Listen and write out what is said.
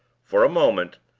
for a moment,